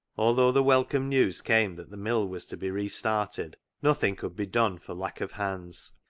although the welcome news came that the mill was to be restarted, nothing could be done for lack of hands,